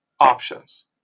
options